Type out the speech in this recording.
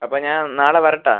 അപ്പോൾ ഞാൻ നാളെ വരട്ടേ